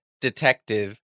detective